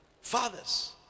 fathers